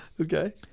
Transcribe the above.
Okay